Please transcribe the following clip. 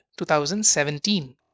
2017